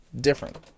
different